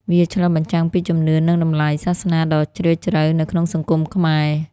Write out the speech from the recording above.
វាឆ្លុះបញ្ចាំងពីជំនឿ និងតម្លៃសាសនាដ៏ជ្រាលជ្រៅនៅក្នុងសង្គមខ្មែរ។